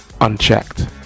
unchecked